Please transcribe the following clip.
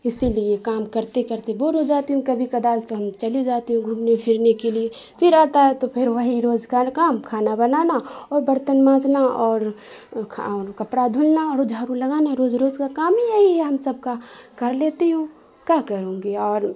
اسی لیے کام کرتے کرتے بور ہو جاتی ہوں کبھی کبھار تو ہم چلی جاتی ہوں گھومنے پھرنے کے لیے پھر آتا ہے تو پھر وہی روز کا کام کھانا بنانا اور برتن مانجنا اور کپڑا دھلنا اور جھاڑو لگانا روز روز کا کام ہی یہی ہے ہم سب کا کر لیتی ہوں کا کروں گی اور